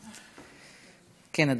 כן,